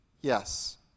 Yes